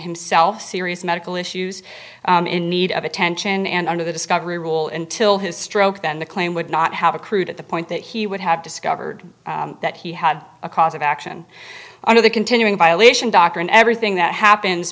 himself serious medical issues in need of attention and under the discovery rule until his stroke then the claim would not have accrued at the point that he would have discovered that he had a cause of action under the continuing violation doctrine everything that happens